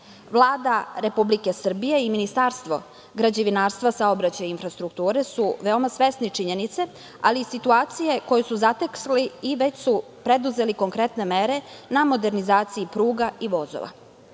Vlada Republike Srbije i Ministarstvo građevinarstva, saobraćaja i infrastrukture su veoma svesni činjenice, ali i situacije koju su zatekli i već su preduzeli konkretne mere na modernizaciji pruga i vozova.